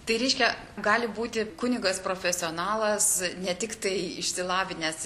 tai reiškia gali būti kunigas profesionalas ne tiktai išsilavinęs